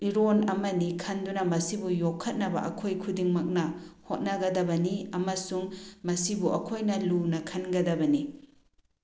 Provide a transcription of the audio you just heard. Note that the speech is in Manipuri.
ꯏꯔꯣꯟ ꯑꯃꯅꯤ ꯈꯟꯗꯨꯅ ꯃꯁꯤꯕꯨ ꯌꯣꯛꯈꯠꯅꯕ ꯑꯩꯈꯣꯏ ꯈꯨꯗꯤꯡꯃꯛꯅ ꯍꯣꯠꯅꯒꯗꯕꯅꯤ ꯑꯃꯁꯨꯡ ꯃꯁꯤꯕꯨ ꯑꯩꯈꯣꯏꯅ ꯂꯨꯅ ꯈꯟꯒꯗꯕꯅꯤ